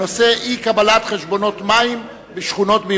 בנושא אי-קבלת חשבונות מים בשכונות בירושלים,